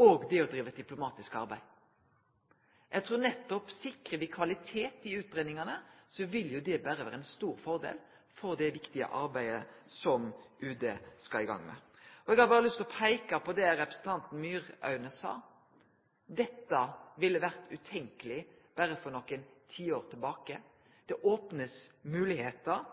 og det å drive diplomatisk arbeid. Eg trur nettopp at sikrar me kvalitet i utgreiingane, vil det vere ein stor fordel for det viktige arbeidet som UD skal i gang med. Eg har berre lyst til å peike på det representanten Myraune sa, at dette ville ha vore utenkjeleg berre for nokre tiår tilbake. Det opnar moglegheiter